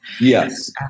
yes